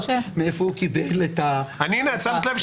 מאיפה הוא קיבל את --- הינה, שמת לב?